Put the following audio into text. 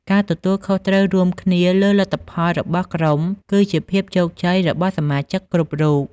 ការទទួលខុសត្រូវរួមគ្នាលើលទ្ធផលរបស់ក្រុម គឺជាភាពជោគជ័យរបស់សមាជិកគ្រប់រូប។